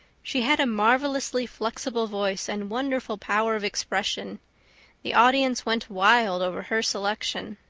she had a marvelously flexible voice and wonderful power of expression the audience went wild over her selection.